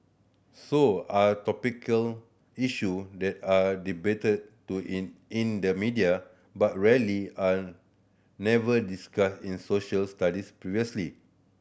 so are topical issue that are debated to in in the media but rarely an never discussed in Social Studies previously